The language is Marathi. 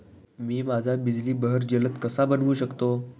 मी माझ्या बिजली बहर जलद कसा बनवू शकतो?